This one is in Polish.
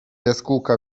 jaskółka